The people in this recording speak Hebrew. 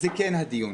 זה כן הדיון.